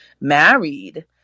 married